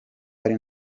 ari